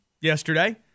yesterday